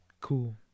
Cool